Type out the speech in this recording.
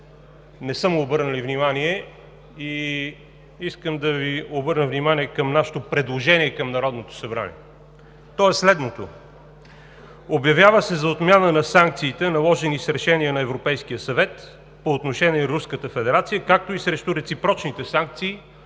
не са обърнали внимание. И искам да обърна внимание на нашето предложение към Народното събрание. То е следното: „Обявява се за отмяна на санкциите, наложени с решение на Европейския съвет по отношение на Руската федерация, както и срещу реципрочните санкции